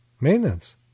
Maintenance